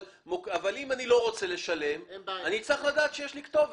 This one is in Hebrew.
אבל אם אני לא רוצה לשלם אני צריך לדעת שיש לי כתובת.